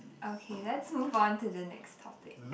okay let's move on to the next topic